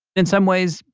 in some ways,